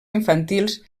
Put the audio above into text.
infantils